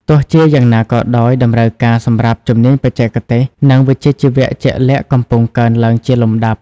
ទោះជាយ៉ាងណាក៏ដោយ តម្រូវការសម្រាប់ជំនាញបច្ចេកទេស និងវិជ្ជាជីវៈជាក់លាក់កំពុងកើនឡើងជាលំដាប់។